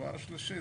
ודבר שלישי,